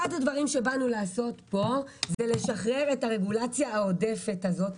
אחד הדברים שבאנו לעשות פה הוא לשחרר את הרגולציה העודפת הזאת,